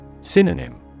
Synonym